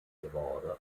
geworden